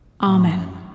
Amen